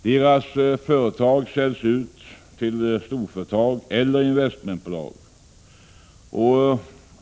Deras företag säljs ut till storföretag eller investmentbolag.